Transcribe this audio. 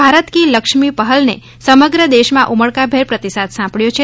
ભારત કી લક્ષ્મી પહેલને સમગ્ર દેશમાં ઉમળકાભેર પ્રતિસાદ સાંપડથો છે